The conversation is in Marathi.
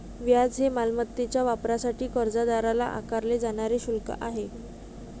व्याज हे मालमत्तेच्या वापरासाठी कर्जदाराला आकारले जाणारे शुल्क आहे